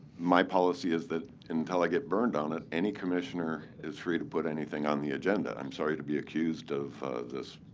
my policy is that, until i get burned on it, any commissioner is free to put anything on the agenda. i'm sorry to be accused of this